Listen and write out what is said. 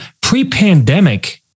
pre-pandemic